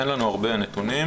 אין לנו הרבה נתונים.